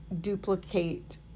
duplicate